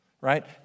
right